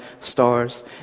stars